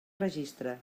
registre